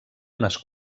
unes